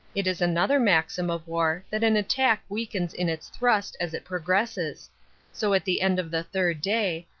it is another maxim of war that an attack weakens in its thrust as it progresses so at the end of the third day,